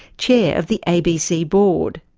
chair of the abc board.